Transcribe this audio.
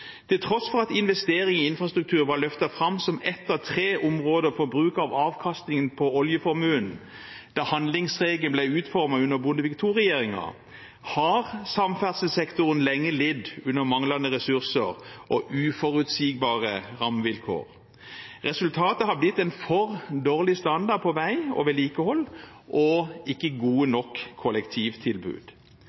Til tross for at investering i infrastruktur var løftet fram som et av tre områder for bruk av avkastningen på oljeformuen da handlingsregelen ble utformet under Bondevik II-regjeringen, har samferdselssektoren lenge lidd under manglende ressurser og uforutsigbare rammevilkår. Resultatet har blitt en for dårlig standard på vei og vedlikehold og ikke gode nok kollektivtilbud.